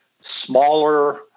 smaller